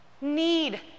need